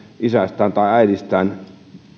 isästään tai äidistään